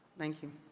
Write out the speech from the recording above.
thank you.